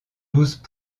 douze